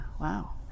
wow